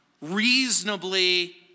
reasonably